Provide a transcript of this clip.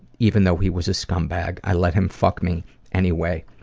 even though he was a scum bag, i let him fuck me anyway.